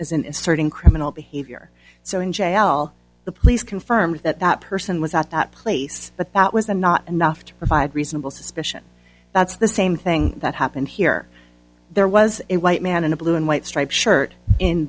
isn't asserting criminal behavior so in j l the police confirm that that person was at that place but that was the not enough to provide reasonable suspicion that's the same thing that happened here there was a white man in a blue and white striped shirt in